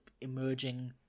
emerging